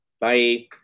Bye